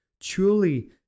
Truly